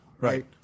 right